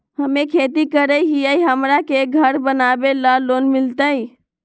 हमे खेती करई हियई, हमरा के घर बनावे ल लोन मिलतई?